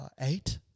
eight